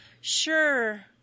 sure